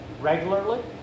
regularly